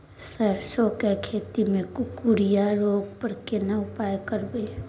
सरसो के खेती मे कुकुरिया रोग पर केना उपाय करब?